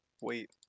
wait